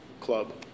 club